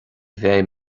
bheidh